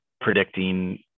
predicting